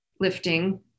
lifting